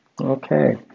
Okay